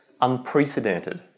Unprecedented